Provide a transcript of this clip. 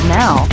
now